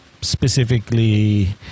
specifically